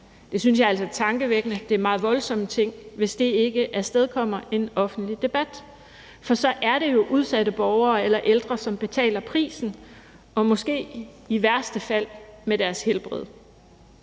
Det synes jeg altså er tankevækkende og meget voldsomme ting, hvis det ikke afstedkommer en offentlig debat, for så er det jo udsatte borgere eller ældre, som betaler prisen og måske i værste fald med deres helbred.